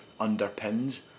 underpins